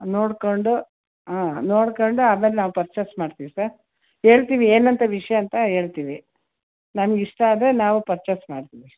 ನೋಡ್ಕೊಂಡು ಹಾಂ ನೋಡ್ಕೊಂಡು ಆಮೇಲೆ ನಾವು ಪರ್ಚೇಸ್ ಮಾಡ್ತೀವಿ ಸಾರ್ ಹೇಳ್ತೀವಿ ಏನಂತ ವಿಷಯ ಅಂತ ಹೇಳ್ತೀವಿ ನಮ್ಗೆ ಇಷ್ಟಾದರೆ ನಾವು ಪರ್ಚೇಸ್ ಮಾಡ್ತೀವಿ